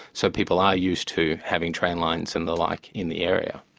so people are used to having train lines and the like in the area.